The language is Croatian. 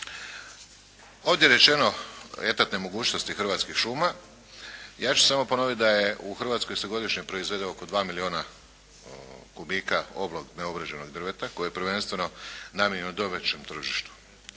se ne razumije./ … mogućnosti hrvatskih šuma. Ja ću samo ponoviti da je, u Hrvatskoj se godišnje proizvede oko 2 milijuna kubika oblog neobrađenog drveta koje je prvenstveno namijenjeno domaćem tržištu.